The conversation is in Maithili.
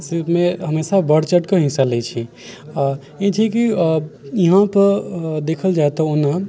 शिल्पमे हमेशा बढ़ चढ़के हिस्सा लै छै आ ई छै कि यहाँ पे देखल जाय तऽ ओना